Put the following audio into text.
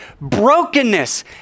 brokenness